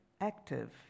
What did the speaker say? active